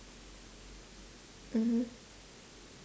mmhmm